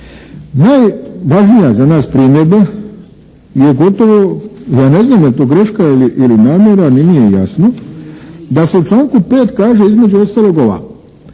Najvažnija za nas primjedba je gotovo, ja ne znam je li to greška ili namjera, nije mi jasno, da se u članku 5. kaže između ostalog ovako: